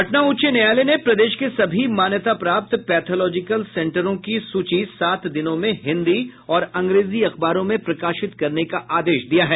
पटना उच्च न्यायालय ने प्रदेश के सभी मान्यता प्राप्त पैथलॉजिकल सेंटरों की सूची सात दिनों में हिन्दी और अंग्रेजी अखबारों में प्रकाशित करने का आदेश दिया है